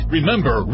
Remember